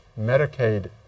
Medicaid